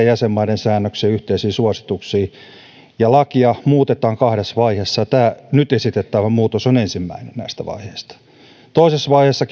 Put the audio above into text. jäsenmaiden säännöksien yhteisiin suosituksiin ja lakia muutetaan kahdessa vaiheessa tämä nyt esitettävä muutos on ensimmäinen näistä vaiheista toisessa vaiheessa